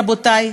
רבותי,